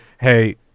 Hey